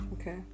Okay